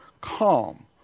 calm